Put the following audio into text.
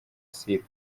silva